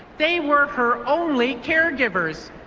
they were her only caregivers.